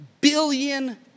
billion